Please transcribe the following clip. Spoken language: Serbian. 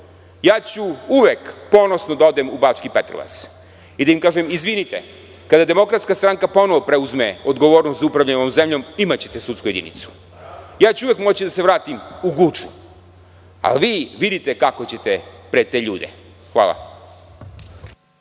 Ja ću uvek ponosno da odem u Bački Petrovac i da im kažem – izvinite, kada DS ponovo preuzme odgovornost za upravljanje ovom zemljom, imaćete sudsku jedinicu. Ja ću uvek moći da se vratim u Guču, a vi vidite kako ćete pred te ljude. Hvala.